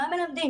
מה מלמדים?